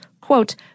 quote